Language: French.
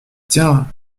tiens